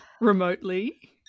remotely